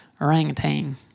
orangutan